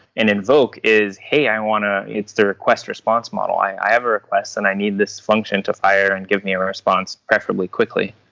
and invoke is, hey, i want to it's the request response model. i have a request and i need this function to fire and give me a response preferably quickly.